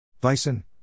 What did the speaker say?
Bison